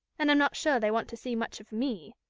and i'm not sure they want to see much of me.